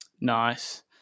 Nice